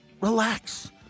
relax